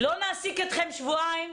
לא נעסיק אתכם שבועיים,